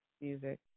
music